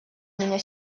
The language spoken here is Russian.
меня